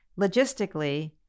Logistically